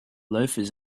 loafers